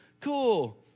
Cool